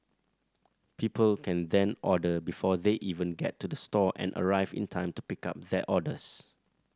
people can then order before they even get to the store and arrive in time to pick up their orders